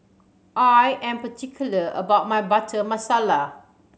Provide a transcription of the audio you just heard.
I am particular about my Butter Masala